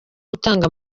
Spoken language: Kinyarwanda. gutanga